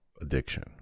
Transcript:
addiction